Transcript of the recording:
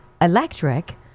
electric